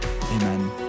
amen